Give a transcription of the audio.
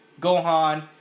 Gohan